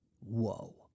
Whoa